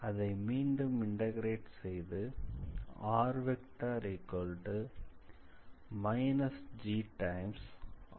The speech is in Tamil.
அதை மீண்டும் இண்டக்ரேட் செய்து r−gt22kbtc என அடையலாம்